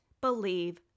believe